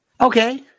Okay